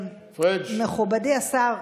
מכובדי השר,